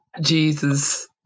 Jesus